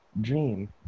dream